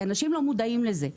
כי אנשים לא מודעים לזה.